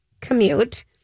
commute